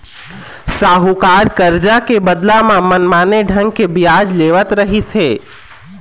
साहूकार करजा के बदला म मनमाने ढंग ले बियाज लेवत रहिस हे